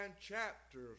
chapters